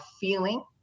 feeling